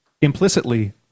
implicitly